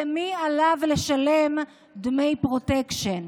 למי עליו לשלם דמי פרוטקשן.